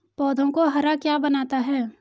पौधों को हरा क्या बनाता है?